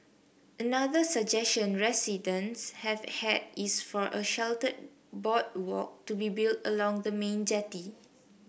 another suggestion residents have had is for a sheltered boardwalk to be built along the main jetty